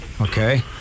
Okay